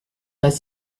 pas